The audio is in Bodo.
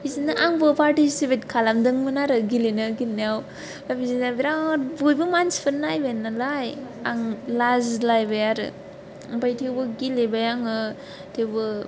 बिदिनो आंबो पार्टिसिपेट खालामदोंमोन आरो गेलेनो गेलेनायाव ओमफाय बिदिनो बिराद मानसिफोर नायबाय नालाय आं लाजिलायबाय आरो ओमफाय थेवबो गेलेबाय आङो थेवबो